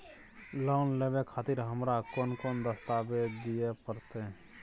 Loan लेवे खातिर हमरा कोन कौन दस्तावेज दिय परतै?